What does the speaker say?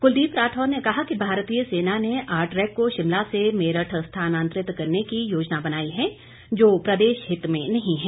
कुलदीप राठौर ने कहा कि भारतीय सेना ने आरट्रैक को शिमला से मेरठ स्थानातंरित करने की योजना बनाई है जो प्रदेशहित में नहीं है